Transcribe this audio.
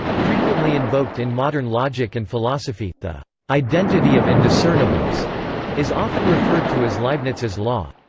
frequently invoked in modern logic and philosophy, the identity of indiscernibles is often referred to as leibniz's law.